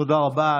תודה רבה.